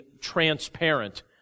transparent